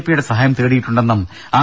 പിയുടെ സഹായം തേടിയിട്ടുണ്ടെന്നും ആർ